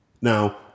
Now